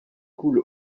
coule